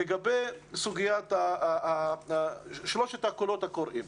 לגבי שלושת הקולות הקוראים.